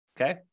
okay